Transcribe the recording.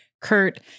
Kurt